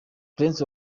prince